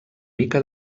mica